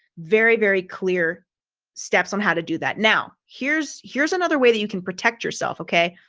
very, very clear steps on how to do that. now, here's, here's another way that you can protect yourself, okay.